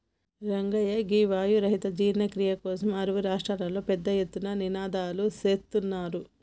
రంగయ్య గీ వాయు రహిత జీర్ణ క్రియ కోసం అరువు రాష్ట్రంలో పెద్ద ఎత్తున నినాదలు సేత్తుర్రు